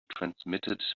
transmitted